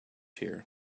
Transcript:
here